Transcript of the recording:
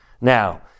Now